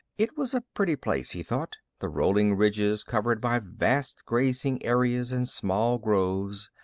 it was a pretty place, he thought the rolling ridges covered by vast grazing areas and small groves,